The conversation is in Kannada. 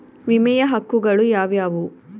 ವಿಮೆಯ ಹಕ್ಕುಗಳು ಯಾವ್ಯಾವು?